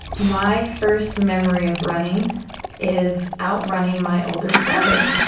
my first memory of running is outrunning my older brother.